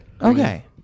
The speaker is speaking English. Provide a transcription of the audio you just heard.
okay